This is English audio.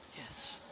yes.